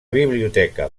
biblioteca